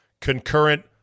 concurrent